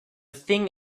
thing